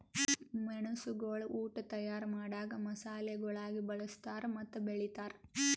ಮೆಣಸುಗೊಳ್ ಉಟ್ ತೈಯಾರ್ ಮಾಡಾಗ್ ಮಸಾಲೆಗೊಳಾಗಿ ಬಳ್ಸತಾರ್ ಮತ್ತ ಬೆಳಿತಾರ್